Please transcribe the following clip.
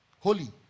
holy